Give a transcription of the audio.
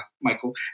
Michael